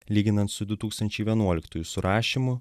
lyginant su du tūkstančiai vienuoliktųjų surašymu